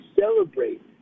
celebrate